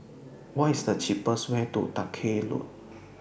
What IS The cheapest Way to Dalkeith Road